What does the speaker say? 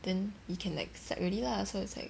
then you can like slack already lah so it's like